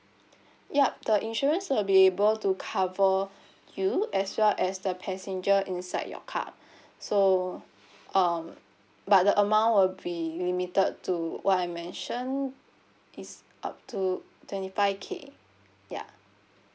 yup the insurance will be able to cover you as well as the passenger inside your car so um but the amount will be limited to what I mentioned it's up to twenty five K ya